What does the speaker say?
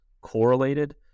correlated